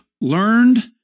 learned